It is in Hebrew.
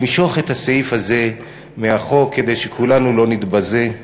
למשוך את הסעיף הזה מהחוק, כדי שכולנו לא נתבזה.